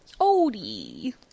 Odie